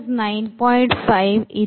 5 ಇದೆ